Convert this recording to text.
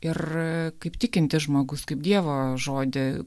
ir kaip tikintis žmogus kaip dievo žodį